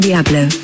Diablo